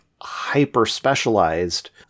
hyper-specialized